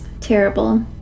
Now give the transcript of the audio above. Terrible